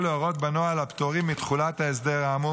או להורות בנוהל על פטורים מתחולת ההסדר האמור